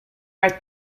are